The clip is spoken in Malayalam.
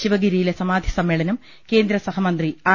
ശിവഗിരിയിലെ സമാധി സമ്മേളനം കേന്ദ്രഹസമന്ത്രി ആർ